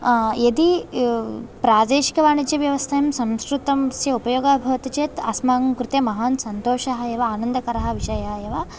यदि प्रादेशिकवाणिज्यव्यवस्थायां संस्कृतस्य उपयोगः भवति चेत् अस्माकं कृते महान् सन्तोषः एव आनन्दकरविषयः एव